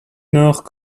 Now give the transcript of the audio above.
nord